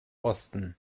osten